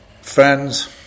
Friends